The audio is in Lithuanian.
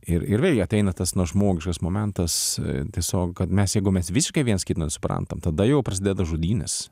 ir ir bei ateina tas nužmogintos momentas tiesiog kad mes jeigu mes visiškai viens kitą nesuprantam tada jau prasideda žudynės